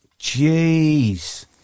jeez